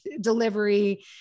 delivery